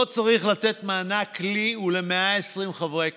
לא צריך לתת מענק לי ול-120 חברי כנסת.